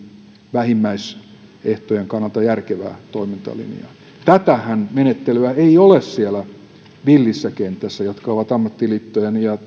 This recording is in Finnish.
vähimmäisehtojen kannalta järkevää toimintalinjaa tätä menettelyähän ei ole siellä villissä kentässä kun ollaan ammattiliittojen ja